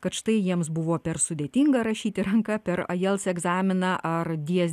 kad štai jiems buvo per sudėtinga rašyti ranka per ajels egzaminą ar dies